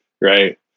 Right